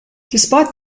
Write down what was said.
despite